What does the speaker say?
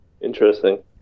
Interesting